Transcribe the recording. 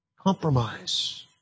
Compromise